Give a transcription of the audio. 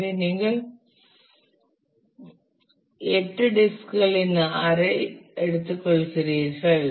எனவே நீங்கள் 8 டிஸ்க் களின் அரை எடுத்துக்கொள்கிறீர்கள்